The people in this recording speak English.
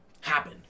happen